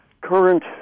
current